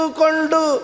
kondu